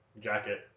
jacket